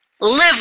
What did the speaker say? Live